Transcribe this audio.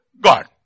God